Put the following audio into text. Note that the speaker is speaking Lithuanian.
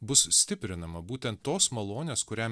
bus stiprinama būtent tos malonės kurią